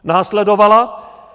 Následovala...